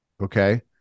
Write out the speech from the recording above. okay